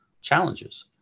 challenges